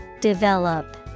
Develop